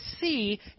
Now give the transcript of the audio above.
see